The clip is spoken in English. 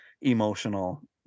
emotional